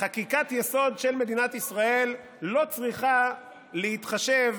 חקיקת-יסוד של מדינת ישראל לא צריכה להתחשב